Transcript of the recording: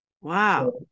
Wow